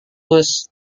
bus